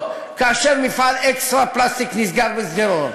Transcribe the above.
כאשר מפעל "אקסטרא פלסטיק" נסגר בשדרות.